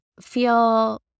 feel